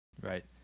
right